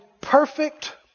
perfect